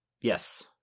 Yes